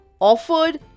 offered